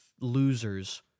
losers